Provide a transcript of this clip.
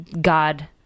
God